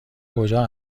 کجا